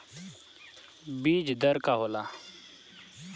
बीज दर का होला?